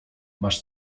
masz